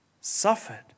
suffered